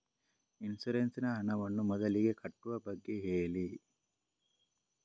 insurance ನ ಹಣವನ್ನು ಮೊದಲಿಗೆ ಕಟ್ಟುವ ಬಗ್ಗೆ ಹೇಳಿ